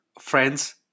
friends